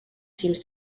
seems